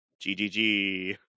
GGG